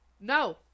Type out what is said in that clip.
No